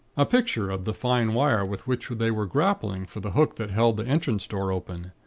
a picture of the fine wire with which they were grappling for the hook that held the entrance door open.